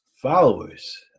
followers